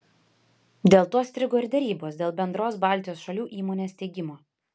dėl to strigo ir derybos dėl bendros baltijos šalių įmonės steigimo